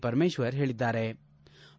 ಪರಮೇಶ್ವರ್ ಹೇಳಿದ್ಗಾರೆ